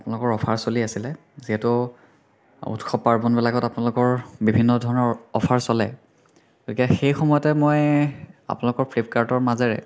আপোনালোকৰ অ'ফাৰ চলি আছিলে যিহেতু উৎসৱ পাৰ্বন বিলাকত আপোনালোকৰ বিভিন্ন ধৰণৰ অ'ফাৰ চলে গতিকে সেই সময়তে মই আপোনালোকৰ ফ্লিপকাৰ্টৰ মাজেৰে